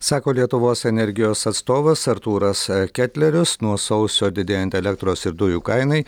sako lietuvos energijos atstovas artūras ketlerius nuo sausio didėjant elektros ir dujų kainai